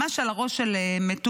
ממש על הראש של מטולה,